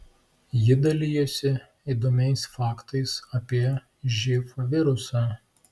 ji dalijosi įdomiais faktais apie živ virusą